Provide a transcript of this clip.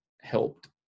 helped